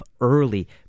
early